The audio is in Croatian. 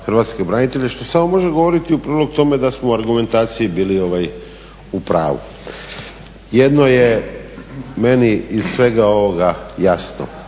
Hrvatske branitelje što samo može govoriti u prilog tome da smo u argumentaciji bili u pravu. Jedno je meni iz svega ovoga jasno,